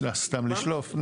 סתם לשלוף,